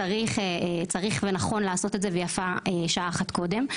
שצריך ונכון לעשות את זה ויפה שעה אחת קודם.